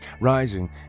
Rising